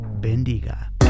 bendiga